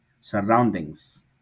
surroundings